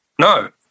No